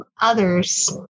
others